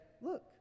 Look